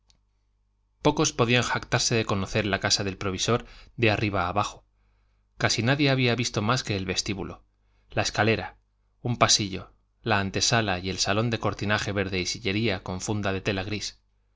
pocos podían jactarse de conocer la casa del provisor de arriba abajo casi nadie había visto más que el vestíbulo la escalera un pasillo la antesala y el salón de cortinaje verde y sillería con funda de tela gris